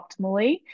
optimally